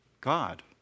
God